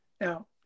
Now